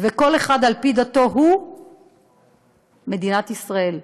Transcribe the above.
כל אחד על פי דתו, הוא מדינת ישראל.